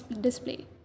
display